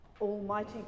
Almighty